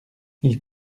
ils